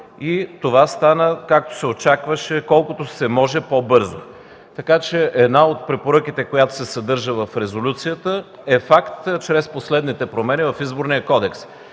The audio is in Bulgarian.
Това стана, както се очакваше – колкото се може по-бързо. Една от препоръките, която се съдържа в резолюцията, е факт чрез последните промени в Изборния кодекс.